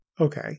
Okay